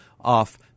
off